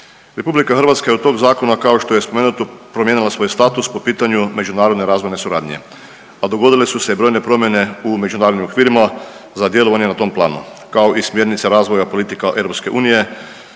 Republika Hrvatska je u tom zakonu kao što je spomenuto promijenila svoj status po pitanju međunarodne razvojne suradnje, a dogodile su se brojne promjene u međunarodnim okvirima za djelovanje na tom planu, kao i smjernice razvoja politika